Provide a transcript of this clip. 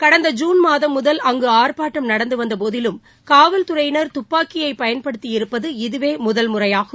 கடந்த ஜுன் மாதம் முதல் அங்கு ஆர்ப்பாட்டம் நடந்துவந்த போதிலும் காவல்துறையினர் துப்பாக்கியை பயன்படுத்தியிருப்பது இதுவே முதல் முறையாகும்